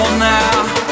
now